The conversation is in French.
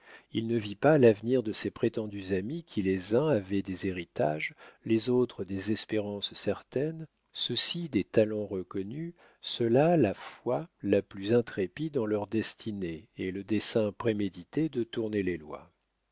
il ne vit pas l'avenir de ces prétendus amis qui les uns avaient des héritages les autres des espérances certaines ceux-ci des talents reconnus ceux-là la foi la plus intrépide en leur destinée et le dessein prémédité de tourner les lois